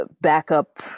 backup